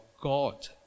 God